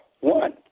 one